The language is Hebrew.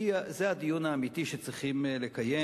זה הדיון האמיתי שצריכים לקיים,